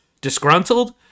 disgruntled